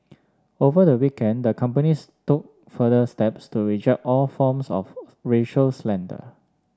over the weekend the companies took further steps to reject all forms of racial slander